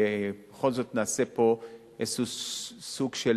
בכל זאת נעשה פה סוג של